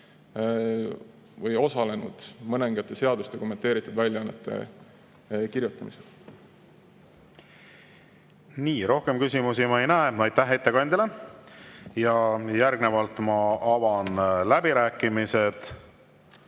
ja osalenud mõningate seaduste kommenteeritud väljaannete kirjutamisel. Rohkem küsimusi ma ei näe. Aitäh ettekandjale! Järgnevalt avan läbirääkimised.